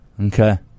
Okay